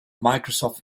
microsoft